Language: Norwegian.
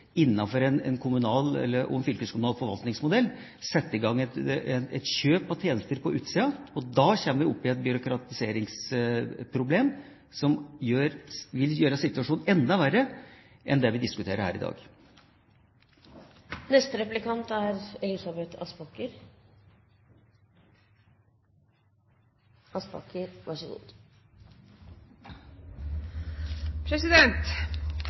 en kommunal eller fylkeskommunal forvaltningsmodell, setter i gang et kjøp av tjenester på utsiden. Da kommer vi opp i et byråkratiseringsproblem som vil gjøre situasjonen enda verre enn det vi diskuterer her i dag. SV er